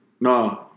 No